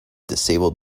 disabled